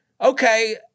Okay